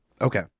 Okay